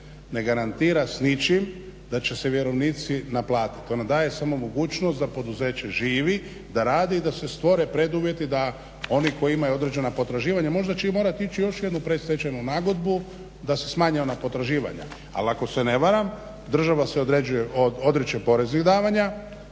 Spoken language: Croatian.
ne garantira s ničim da će se vjerovnici naplatiti, ona daje samo mogućnost da poduzeće živi, da radi i da se stvore preduvjeti da oni koji imaju određena potraživanja možda će morati ići u još jednu predstečajnu nagodbu da se smanje ona potraživanja. Ali, ako se ne varam država se odriče poreznih davanja,